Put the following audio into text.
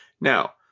Now